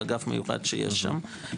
באגף מיוחד שיש שם,